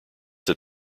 that